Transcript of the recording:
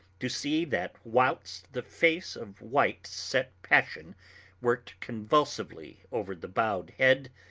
to see, that, whilst the face of white set passion worked convulsively over the bowed head,